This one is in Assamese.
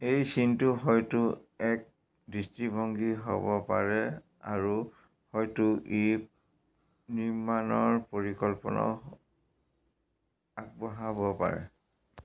এই চিনটো হয়তো এক দৃষ্টিভংগী হ'ব পাৰে আৰু হয়তো ই নিৰ্মাণৰ পৰিকল্পনাও আগবঢ়াব পাৰে